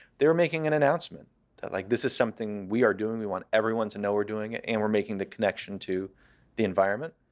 they were making an announcement that like this is something we are doing. we want everyone to know we're doing it, and we're making the connection to the environment.